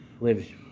lives